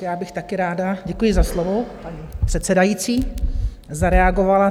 Já bych taky ráda děkuji za slovo, paní předsedající zareagovala.